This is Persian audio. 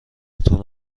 طول